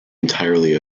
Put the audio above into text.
entirely